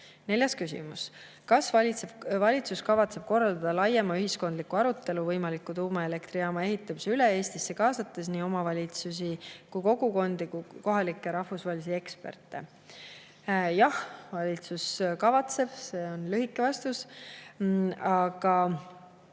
Neljas küsimus: "Kas valitsus kavatseb korraldada laiema ühiskondliku arutelu võimaliku tuumaelektrijaama ehitamise üle Eestisse kaasates nii omavalitsusi ja kogukondi kui kohalikke ja rahvusvahelisi eksperte?" Jah, valitsus kavatseb. See on lühike vastus. Aga